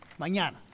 Mañana